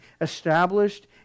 Established